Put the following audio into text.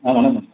ஆ வணக்கம்